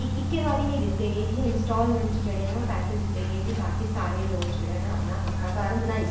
इक्कै बारी नी दित्ते गे हे इंस्टालमैंट च ओह् पैसे दित्ते गे दहे ताकि ओह् सारे लोग जेह्ड़े न ओह् अपना पक्का घर बनाई सकन